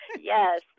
Yes